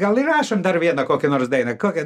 gal įrašom dar vieną kokią nors dainą kokią